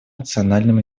национальным